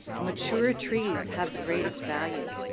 mature trees have the greatest value.